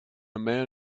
man